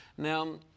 Now